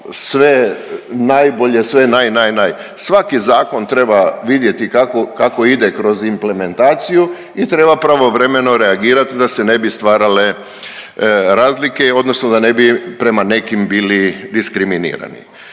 sve najbolje, sve naj, naj. Svaki zakon treba vidjeti kako ide kroz implementaciju i treba pravovremeno reagirati da se ne bi stvarale razlike, odnosno da ne bi prema nekim bili diskriminirani.